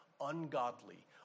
ungodly